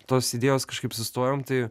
tos idėjos kažkaip sustojom tai